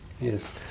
Yes